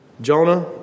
Jonah